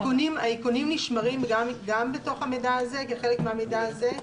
האיכונים נשמרים בתוך המידע הזה, כחלק מהמידע הזה?